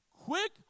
Quick